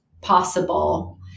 possible